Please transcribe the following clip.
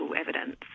evidence